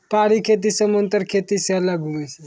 पहाड़ी खेती समान्तर खेती से अलग हुवै छै